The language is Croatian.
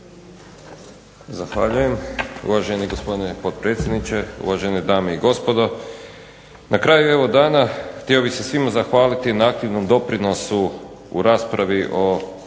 Zahvaljujem uvaženi gospodine potpredsjedniče, uvažene dame i gospodo. Na kraju evo dana htio bih se svima zahvaliti na aktivnom doprinosu u raspravi o